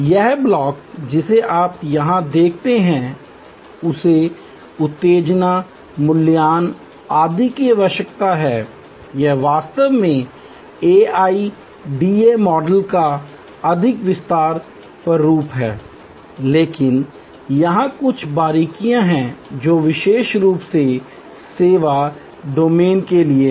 यह ब्लॉक जिसे आप यहां देखते हैं उसे उत्तेजना मूल्यांकन आदि की आवश्यकता है यह वास्तव में एआईडीए मॉडल का अधिक विस्तारित प्रारूप है लेकिन यहां कुछ बारीकियां हैं जो विशेष रूप से सेवा डोमेन के लिए हैं